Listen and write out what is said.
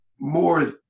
more